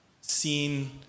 seen